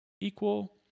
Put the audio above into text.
equal